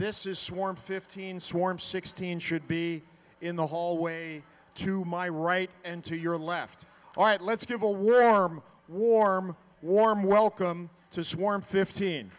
this is sworn fifteen swarm sixteen should be in the hallway to my right and to your left all right let's give a warm warm warm welcome to swarm fifteen